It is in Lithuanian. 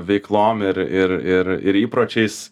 veiklom ir ir ir ir įpročiais